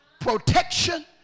protection